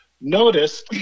Notice